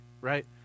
right